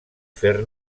fer